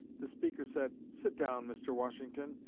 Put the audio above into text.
the speaker said, sit down, mr. washington,